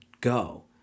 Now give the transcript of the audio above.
go